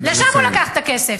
לשם הוא לקח את הכסף.